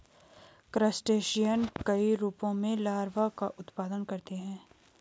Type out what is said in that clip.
crustacean कई रूपों में लार्वा का उत्पादन करते हैं